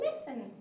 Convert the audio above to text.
listen